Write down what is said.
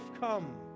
come